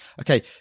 okay